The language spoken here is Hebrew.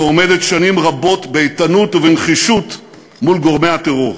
שעומדת שנים רבות באיתנות ובנחישות מול גורמי הטרור.